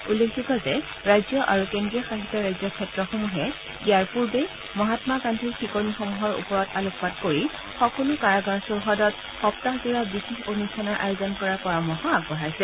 উল্লেখযোগ্য যে ৰাজ্য আৰু কেন্দ্ৰীয় শাসিত ৰাজ্য ক্ষেত্ৰসমূহে ইয়াৰ পূৰ্বে মহাম্মা গান্ধীৰ শিকনিসমূহৰ ওপৰত আলোকপাত কৰি সকলো কাৰাগাৰ চৌহদত সপ্তাহজোৰা বিশেষ অনুষ্ঠানৰ আয়োজন কৰাৰ পৰামৰ্শ আগবঢ়াইছে